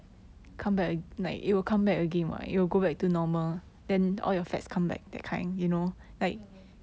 ya lor